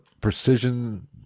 precision